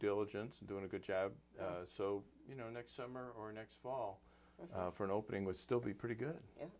diligence and doing a good job so you know next summer or next fall for an opening would still be pretty good